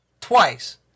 twice